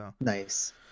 Nice